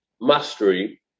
mastery